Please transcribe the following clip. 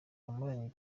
wamamaye